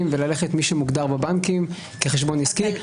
וללכת על מי שמוגדר בבנקים כחשבון עסקי.